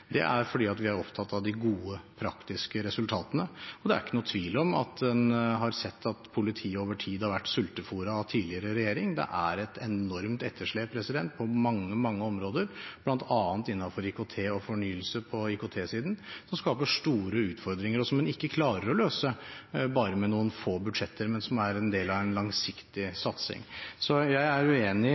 Det er fordi vi er opptatt av de gode, praktiske resultatene, men det er ingen tvil om at man har sett at politiet over tid har vært sultefôret av tidligere regjering. Det er et enormt etterslep på mange, mange områder, bl.a. innenfor IKT og fornyelse på IKT-siden, som skaper store utfordringer, og som man ikke klarer å løse bare ved noen få budsjetter, men som er en del av en langsiktig satsing. Så jeg er uenig